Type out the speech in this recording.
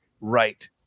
right